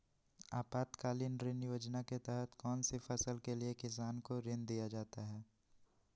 आपातकालीन ऋण योजना के तहत कौन सी फसल के लिए किसान को ऋण दीया जाता है?